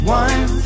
one